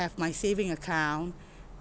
my saving account